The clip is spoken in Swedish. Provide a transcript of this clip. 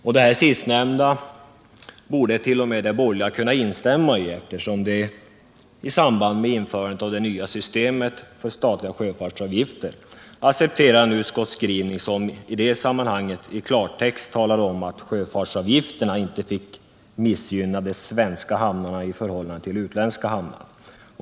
I detta sistnämnda borde t.o.m. de borgerliga kunna instämma, eftersom de i samband med införandet av det nya systemet för statliga sjöfartsavgifter accepterat en utskottskrivning som i klartext talar om att sjöfartsavgifterna inte fick missgynna de svenska hamnarna i förhållande till de utländska.